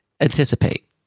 anticipate